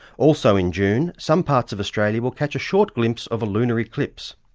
also in june, some parts of australia will catch a short glimpse of a lunar eclipse.